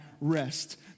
rest